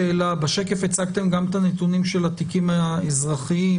בשקף הצגתם גם את הנתונים של התיקים האזרחיים.